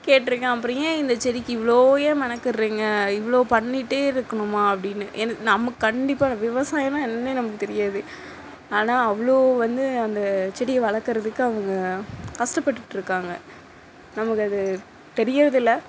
கேட்யிருக்கேன் அப்புறோம் ஏன் இந்த செடிக்கு இவ்வளோ ஏன் மெனக்கெட்றீங்க இவ்வளோ பண்ணிட்டே இருக்கணுமா அப்படின்னு எனக்கு நம்ம கண்டிப்பாக விவசாயன்னா என்னன்னே நமக்கு தெரியாது ஆனா அவ்வளோ வந்து அந்த செடியை வளர்க்கறதுக்கு அவங்க கஷ்ட்டப்படுட்டு இருக்காங்க நமக்கு அது தெரியறது இல்லை